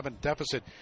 deficit